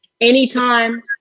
anytime